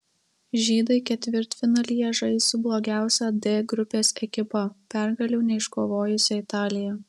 žydai ketvirtfinalyje žais su blogiausia d grupės ekipa pergalių neiškovojusia italija